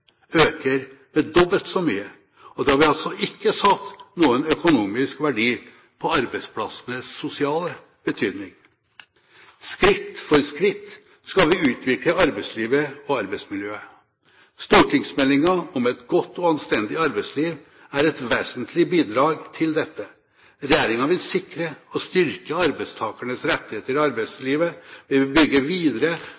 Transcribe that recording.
øker med dobbelt så mye. Og da har vi altså ikke satt noen økonomisk verdi på arbeidsplassenes sosiale betydning. Skritt for skritt skal vi utvikle arbeidslivet og arbeidsmiljøet. Stortingsmeldingen om et godt og anstendig arbeidsliv er et vesentlig bidrag til dette. Regjeringen vil sikre og styrke arbeidstakernes rettigheter i